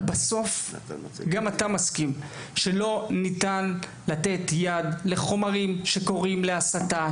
שבסוף לא ניתן לתת יד לקיום בתכני הלימוד של חומרים שקוראים להסתה,